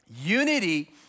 Unity